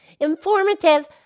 informative